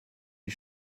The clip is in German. die